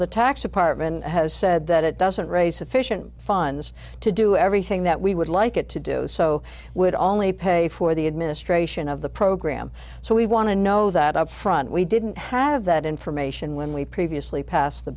the tax department has said that it doesn't raise sufficient funds to do everything that we would like it to do so would only pay for the administration of the program so we want to know that up front we didn't have that information when we previously passed the